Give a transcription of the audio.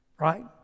right